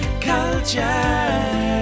culture